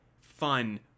fun